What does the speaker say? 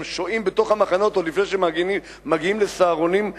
הם שוהים בתוך המחנות עוד לפני שמגיעים ל"סהרונים".